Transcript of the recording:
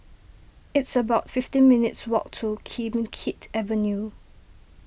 it's about fifteen minutes' walk to Kim Keat Avenue